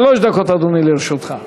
שלוש דקות, אדוני, לרשותך.